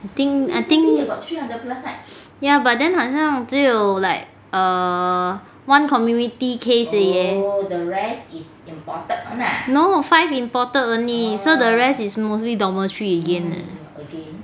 I think I think ya but then 好像只有 like err one community case 而已 eh no five imported only so the rest is mostly dormitory again eh